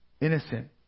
innocent